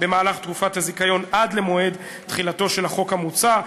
במהלך תקופת הזיכיון עד למועד תחילתו של החוק המוצע.